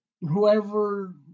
whoever